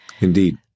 Indeed